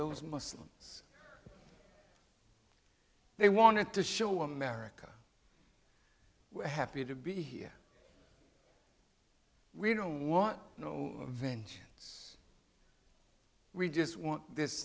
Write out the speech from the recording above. those muslims they wanted to show america happy to be here we don't want no vengeance we just want this